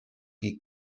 chi